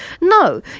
No